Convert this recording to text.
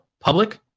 public